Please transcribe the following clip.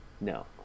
No